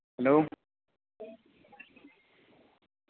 hello